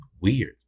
weird